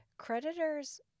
creditors